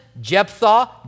Jephthah